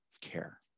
care